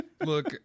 Look